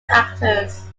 actors